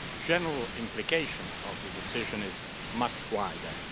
general implication of the decision is much wider.